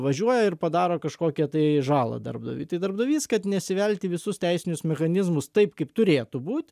važiuoja ir padaro kažkokią tai žalą darbdaviui tai darbdavys kad nesivelt į visus teisinius mechanizmus taip kaip turėtų būt